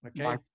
Okay